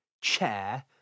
chair